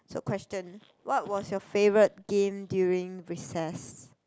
so question what was your favorite game during recess